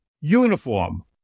Uniform